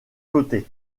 côté